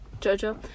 jojo